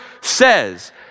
says